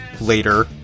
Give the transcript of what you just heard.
later